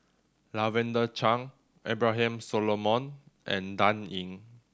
Lavender Chang Abraham Solomon and Dan Ying